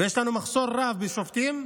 ויש לנו מחסור רב בשופטים,